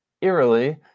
eerily